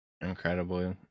incredibly